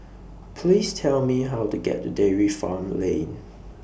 Please Tell Me How to get to Dairy Farm Lane